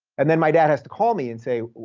and then my dad has to call me and say,